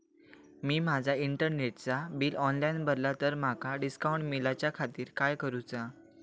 मी माजा इंटरनेटचा bill online भरला तर माका डिस्काउंट मिलाच्या खातीर काय करुचा?